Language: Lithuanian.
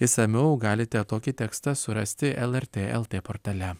išsamiau galite tokį tekstą surasti lrt lt portale